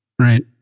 right